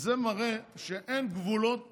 זה מראה שאין גבולות